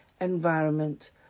environment